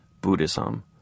Buddhism